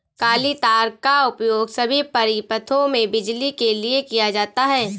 काली तार का उपयोग सभी परिपथों में बिजली के लिए किया जाता है